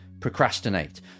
procrastinate